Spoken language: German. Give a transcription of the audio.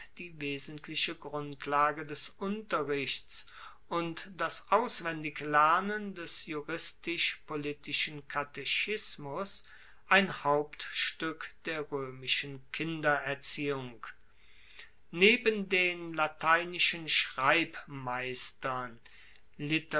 die wesentliche grundlage des unterrichts und das auswendiglernen des juristisch politischen katechismus ein hauptstueck der roemischen kindererziehung neben den lateinischen